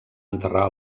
enterrar